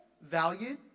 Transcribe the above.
valued